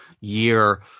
year